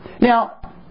Now